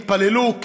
התפללו,